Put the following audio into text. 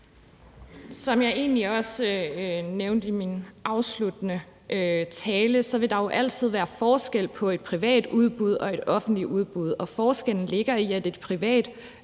Som jeg egentlig også nævnte i min afsluttende tale, vil der jo altid være forskel på et privat udbud og et offentligt udbud. Forskellen ligger i, at et privat udbud